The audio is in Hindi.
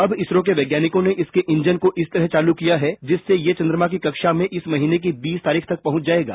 अब इसरो के वैज्ञानिकों ने इसके इंजन को इस तरह चालू किया है जिससे ये चन्द्रमा के ऑर्बिट में इस महीने की बीस तारीख तक पहुंच जायेगा